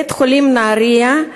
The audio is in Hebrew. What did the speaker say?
בית-החולים נהרייה,